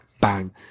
bang